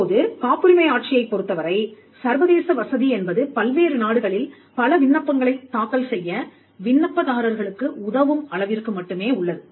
இப்போது காப்புரிமை ஆட்சியை பொருத்தவரை சர்வதேச வசதி என்பது பல்வேறு நாடுகளில் பல விண்ணப்பங்களைத் தாக்கல் செய்ய விண்ணப்பதாரர்களுக்கு உதவும் அளவிற்கு மட்டுமே உள்ளது